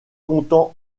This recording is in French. comptant